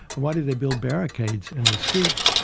why did they build barricades in the streets,